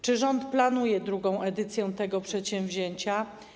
Czy rząd planuje drugą edycję tego przedsięwzięcia?